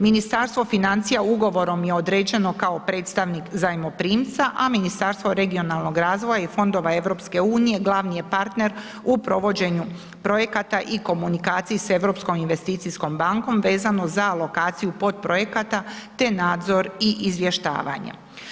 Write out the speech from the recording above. Ministarstvo financija ugovorom je određeno kao predstavnik zajmoprimca a Ministarstvo regionalnog razvoja i fondova EU glavni je partner u provođenju projekata i komunikacije sa Europskom investicijskom bankom vezano za alokaciju podprojekata te nadzor i izvještavanje.